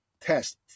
test